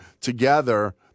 together